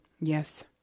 Yes